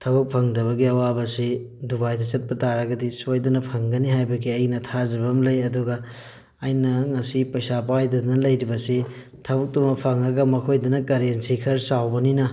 ꯊꯕꯛ ꯐꯪꯗꯕꯒꯤ ꯑꯋꯥꯕꯁꯤ ꯗꯨꯕꯥꯏꯗ ꯆꯠꯄ ꯇꯥꯔꯒꯗꯤ ꯁꯣꯏꯗꯅ ꯐꯪꯒꯅꯤ ꯍꯥꯏꯕꯒꯤ ꯑꯩꯅ ꯊꯖꯕ ꯑꯃ ꯂꯩ ꯑꯗꯨꯒ ꯑꯩꯅ ꯉꯁꯤ ꯄꯩꯁꯥ ꯄꯥꯏꯗꯗꯅ ꯂꯩꯔꯤꯕ ꯑꯁꯤ ꯊꯕꯛꯇꯨꯃ ꯐꯪꯉꯒ ꯃꯈꯣꯏꯗꯅ ꯀꯔꯦꯟꯁꯤ ꯈꯔ ꯆꯥꯎꯕꯅꯤꯅ